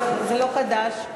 זה לא חדש.